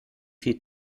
viel